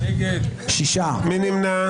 מי נמנע?